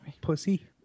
pussy